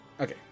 Okay